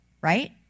right